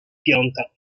piąta